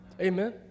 amen